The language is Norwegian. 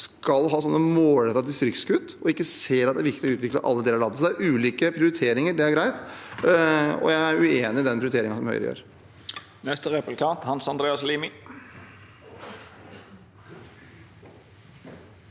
skal ha målrettede distriktskutt og ikke ser at det er viktig å utvikle alle deler av landet. Det er ulike prioriteringer – det er greit. Jeg er uenig i de prioriteringene Høyre gjør. Hans Andreas Limi